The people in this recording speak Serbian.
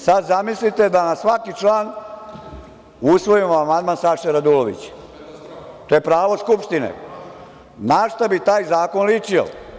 Sada zamislite da na svaki član usvojimo amandman Saše Radulovića, to je pravo Skupštine, na šta bi taj zakon ličio.